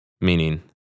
meaning